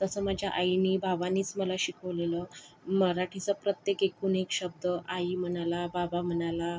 तसं माझ्या आईनी बाबांनीच मला शिकवलेलं मराठीचा प्रत्येक एकूण एक शब्द आई म्हणायला बाबा म्हणायला